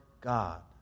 God